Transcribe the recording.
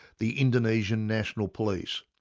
the indonesian national police,